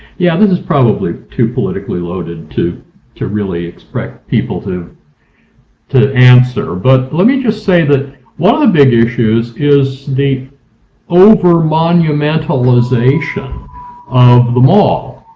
yeah this is probably too politically loaded to to really expect people to to answer, but let me just say that one of the big issues is the over monumentalization of the mall.